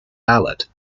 ballot